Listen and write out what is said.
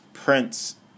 Prince